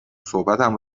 صحبتم